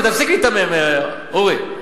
תפסיק להיתמם, אורי.